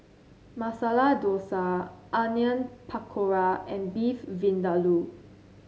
Masala Dosa Onion Pakora and Beef Vindaloo